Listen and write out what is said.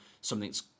something's